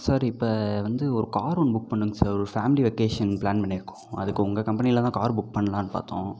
sir இப்போ வந்து ஒரு கார் ஒன்று புக் பண்ணுங்கள் சார் ஒரு ஃபேமிலி வெக்கேஷன் பிளான் பண்ணியிருக்கோம் அதுக்கு உங்கள் கம்பெனியில தான் கார் புக் பண்ணலாம்னு பார்த்தோம்